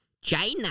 China